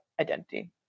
identity